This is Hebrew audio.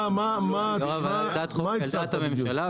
מה הצעת הממשלה?